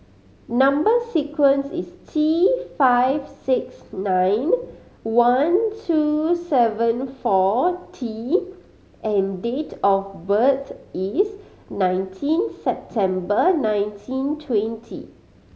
number sequence is T five six nine one two seven four T and date of birth is nineteen September nineteen twenty